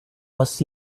was